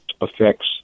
affects